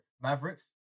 Mavericks